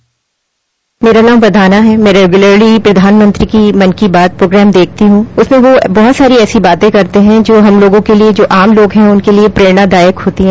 bite मेरा नाम वरदाना है मैं रेग्यूलरी प्रधानमंत्री की मन की बात प्रोग्राम देखती हूॅ वह उसमें बहुत सी ऐसी बातें करते हैं जो हम लोगों के लिए आम लोगों के लिए प्रेरणादायी होती है